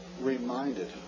reminded